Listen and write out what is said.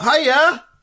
Hiya